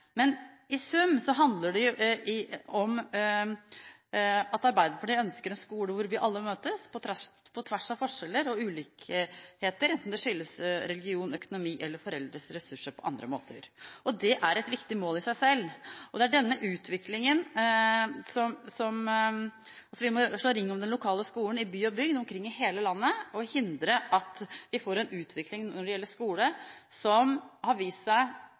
Men i sum handler det om at Arbeiderpartiet ønsker en skole hvor vi alle møtes på tvers av forskjeller og ulikheter, enten det skyldes religion, økonomi eller foreldres ressurser på andre måter. Det er et viktig mål i seg selv. Vi må slå ring om den lokale skolen i by og bygd omkring i hele landet og hindre at vi får en slik utvikling når det gjelder skole som vi ser i Sverige, og som vi har